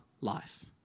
life